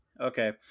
Okay